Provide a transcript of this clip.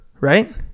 right